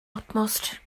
utmost